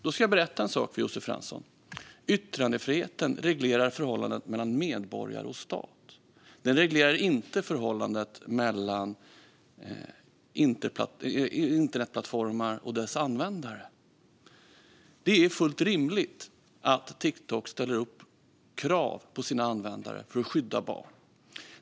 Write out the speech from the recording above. Då ska jag berätta en sak för Josef Fransson: Yttrandefriheten reglerar förhållandet mellan medborgare och stat. Den reglerar inte förhållandet mellan internetplattformar och deras användare. Det är fullt rimligt att Tiktok ställer krav på sina användare för att skydda barn.